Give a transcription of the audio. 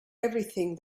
everything